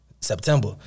September